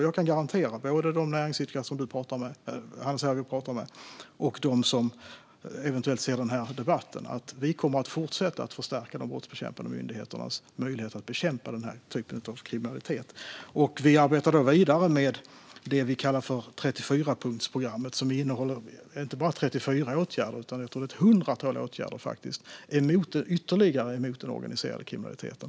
Jag kan garantera både de näringsidkare som Hannes Hervieu talar om här och de som eventuellt ser denna debatt att vi kommer att fortsätta att förstärka de brottsbekämpande myndigheternas möjligheter att bekämpa denna typ av kriminalitet. Vi arbetar då vidare med det som vi kallar 34punktsprogrammet. Det innehåller inte bara 34 åtgärder, utan jag tror att det är ett hundratal åtgärder, mot den organiserade kriminaliteten.